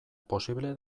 posible